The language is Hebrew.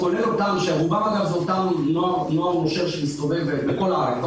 שרובם אגב זה אותו נוער נושר שמסתובב בכל הארץ,